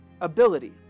ability